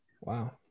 Wow